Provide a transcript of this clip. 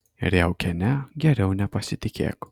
riaukiene geriau nepasitikėk